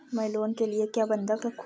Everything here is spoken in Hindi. मैं लोन के लिए क्या बंधक रखूं?